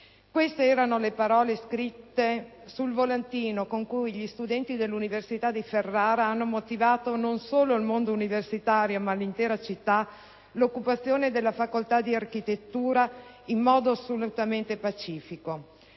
Queste erano le parole scritte sul volantino con cui gli studenti dell'Università di Ferrara hanno motivato, non solo al mondo universitario ma all'intera città, l'occupazione della Facoltà di architettura in modo assolutamente pacifico.